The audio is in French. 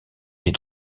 les